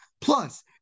Plus